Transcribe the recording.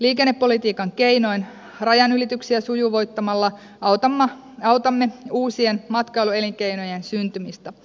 liikennepolitiikan keinoin rajanylityksiä sujuvoittamalla autamme uusien matkailuelinkeinojen syntymistä